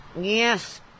Yes